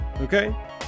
okay